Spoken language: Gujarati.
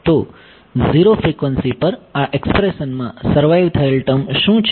તો ઝીરો ફ્રિકવન્સી પર આ એક્સ્પ્રેશનમાં સર્વાઈવ થયેલ ટર્મ શું છે